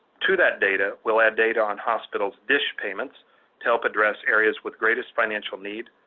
to that data, we'll add data on hospitals' dsh payments to help address areas with greatest financial need,